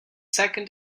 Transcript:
second